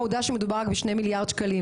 הודה שמדובר רק ב-2 מיליארד שקלים.